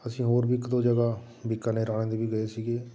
ਅਸੀਂ ਹੋਰ ਵੀ ਇੱਕ ਦੋ ਜਗ੍ਹਾ ਬੀਕਾਨੇਰ ਵਾਲਿਆਂ ਦੇ ਵੀ ਗਏ ਸੀਗੇ